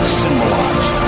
symbolize